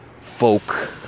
folk